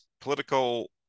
political